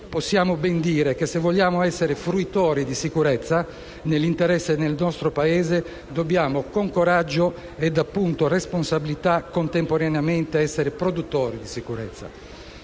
possiamo ben dire che, se vogliamo essere fruitori di sicurezza nell'interesse del nostro Paese, dobbiamo con coraggio e, appunto, responsabilità, essere contemporaneamente produttori di sicurezza.